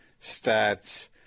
stats